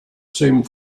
same